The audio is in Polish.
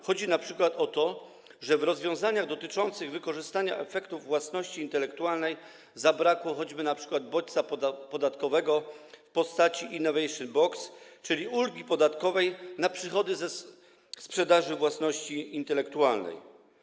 Chodzi np. o to, że w rozwiązaniach dotyczących wykorzystania efektów własności intelektualnej zabrakło choćby bodźca podatkowego w postaci innovation box, czyli ulgi podatkowej na przychody ze sprzedaży własności intelektualnej.